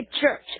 church